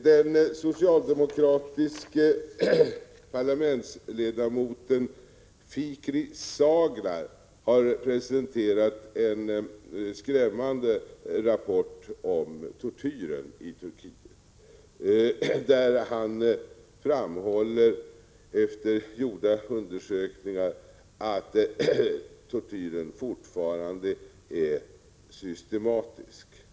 Den socialdemokratiske parlamentsledamoten Fikri Saglar har presenterat en skrämmande rapport om tortyren i Turkiet, där han efter gjorda undersökningar framhåller att tortyren fortfarande är systematisk.